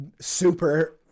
super